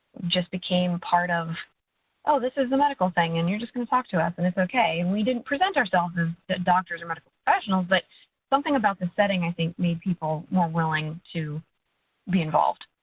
just became part of oh, this is a medical thing and you're just going to talk to us and it's okay. and we didn't present ourselves as doctors or medical professionals, but something about the setting, i think, made people more willing to be involved.